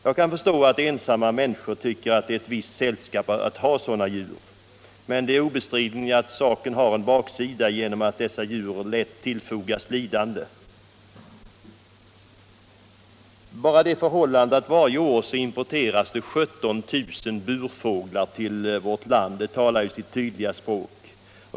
Jag kan förstå att ensamma människor tycker att det är ett visst sällskap att ha sådana djur, men det är obestridligt att saken också har en baksida genom att dessa djur lätt tillfogas lidande. Bara det förhållandet att varje år 17 000 burfåglar importeras till vårt land talar sitt tydliga språk.